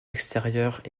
extérieures